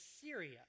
Syria